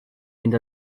mynd